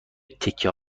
تکه